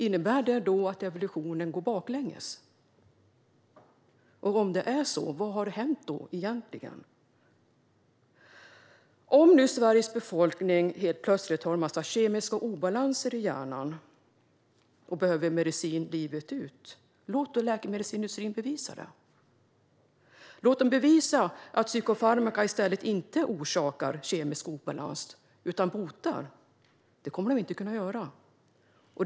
Innebär det då att evolutionen går baklänges? Och om det är så, vad har då egentligen hänt? Om nu Sveriges befolkning helt plötsligt har en massa kemiska obalanser i hjärnan och behöver medicin livet ut, låt då läkemedelsindustrin bevisa det! Låt dem bevisa att psykofarmaka inte orsakar kemisk obalans utan i stället botar! Det kommer de inte att kunna göra.